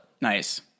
Nice